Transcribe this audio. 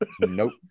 nope